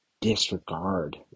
disregard